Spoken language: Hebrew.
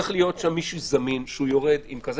צריך להיות שם מישהו זמין שיורד עם כזה